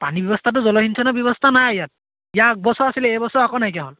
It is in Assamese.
পানীৰ ব্যৱস্থাটো জলসিঞ্চনৰ ব্যৱস্থা নাই ইয়াত ইয়াৰ আগ বছৰ আছিলে এইবছৰ আকৌ নাইকীয়া হ'ল